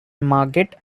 margate